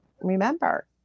remember